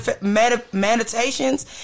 meditations